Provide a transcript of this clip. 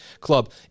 club